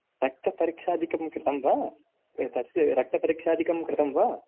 रक्तपरीक्षादिकं कृतं वा तस्य रक्तपरीक्षादिकं कृतं वा